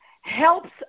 helps